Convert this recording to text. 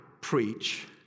preach